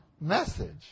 message